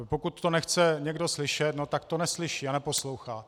Pokud to nechce někdo slyšet, tak to neslyší a neposlouchá.